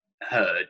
heard